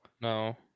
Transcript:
No